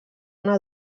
una